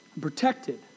Protected